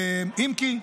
אם כי,